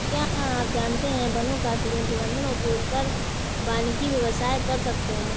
क्या आप जानते है वनों का सृजन, प्रबन्धन, उपयोग कर वानिकी व्यवसाय कर सकते है?